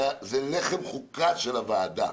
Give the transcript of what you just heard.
זה לחם חוקה של הוועדה,